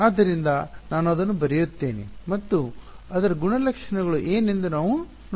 ಆದ್ದರಿಂದ ನಾನು ಅದನ್ನು ಬರೆಯುತ್ತೇನೆ ಮತ್ತು ಅದರ ಗುಣಲಕ್ಷಣಗಳು ಏನೆಂದು ನಾವು ನೋಡುತ್ತೇವೆ